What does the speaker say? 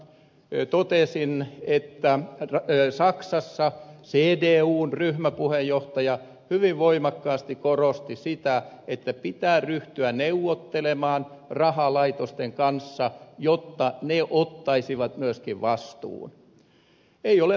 lähetekeskustelussa totesin että saksassa cdun ryhmäpuheenjohtaja hyvin voimakkaasti korosti sitä että pitää ryhtyä neuvottelemaan rahalaitosten kanssa jotta ne ottaisivat myöskin vastuun